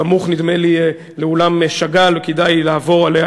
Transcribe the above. סמוך, נדמה לי, לאולם שאגאל, וכדאי לעבור עליה.